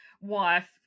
wife